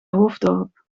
hoofddorp